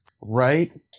right